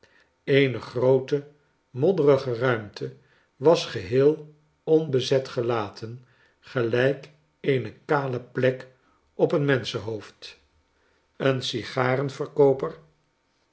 eene groote modderige ruimte was geheel onbezet gelaten gelijk eene kale plek op een menschenhoofd een sigarenverkooper